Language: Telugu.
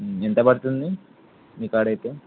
ఎంత పడుతుంది మీకాడైతే